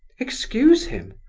excuse him?